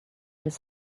his